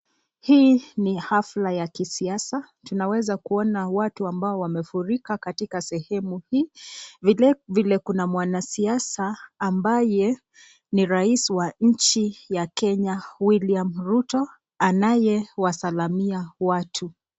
Hii ni hafla ya kisiasa ,tunaweza kuona watu ambao wamefurika katika sehemu hii. Vilivile kuna mwanasiasa ambaye ni rais wa nchi ya Kenya, William Ruto, anaye wasalamia watu.